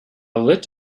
lit